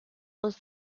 was